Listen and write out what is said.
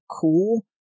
cool